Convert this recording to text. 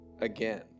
again